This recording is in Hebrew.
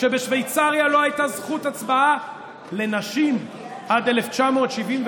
כשבשווייצריה לא הייתה זכות הצבעה לנשים עד 1971,